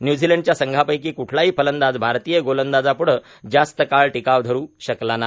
न्यूझीलंडच्या संघापैकी क्ठलाही फलंदाज भारतीय गोलांजाप्ढं जास्त काळ टिकाव धरू शकला नाही